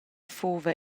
fuva